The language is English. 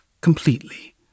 completely